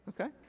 Okay